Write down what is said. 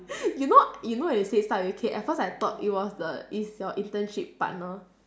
you know you know when you say start with K at first I thought it was the it's your internship partner